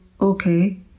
Okay